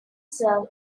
serve